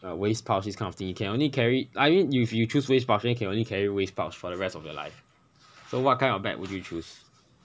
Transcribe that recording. uh waist pouch this kind of thing you can only carry I mean you if you choose waist puch can only carry waist pouch for the rest of your life so what kind of bag would you choose